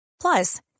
Plus